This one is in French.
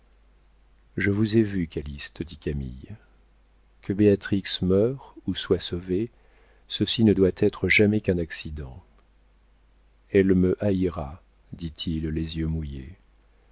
je vous ai vu calyste dit camille que béatrix meure ou soit sauvée ceci ne doit être jamais qu'un accident elle me haïra dit-il les yeux mouillés